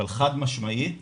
חד משמעית